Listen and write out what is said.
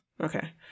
Okay